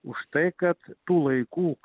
už tai kad tų laikų